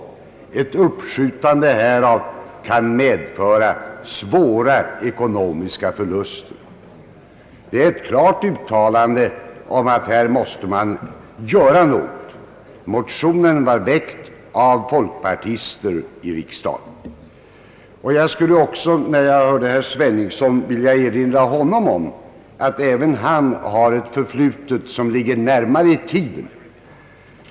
Ett uppskjutande härav kan medföra svåra ekonomiska förluster.» Det är ett klart uttalande om att vi här måste göra någonting. Motionen var väckt av folkpartister i riksdagen. När jag hörde herr Sveningsson skulle jag också vilja erinra honom om att även han har ett förflutet som ligger närmare i tiden.